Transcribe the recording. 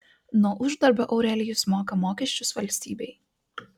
nuo uždarbio aurelijus moka mokesčius valstybei